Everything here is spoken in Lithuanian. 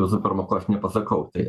visų pirma ko aš nepasakau tai